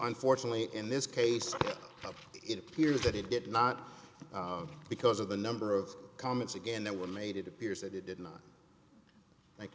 unfortunately in this case it appears that it did not because of the number of comments again that were made it appears that he did not like